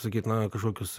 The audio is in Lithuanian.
sakyt na kažkokius